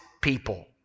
people